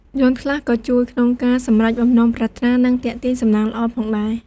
យ័ន្តខ្លះក៏ជួយក្នុងការសម្រេចបំណងប្រាថ្នា និងទាក់ទាញសំណាងល្អផងដែរ។